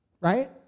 right